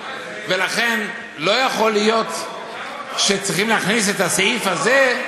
ולכן, לא יכול להיות שצריכים להכניס את הסעיף הזה,